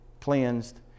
cleansed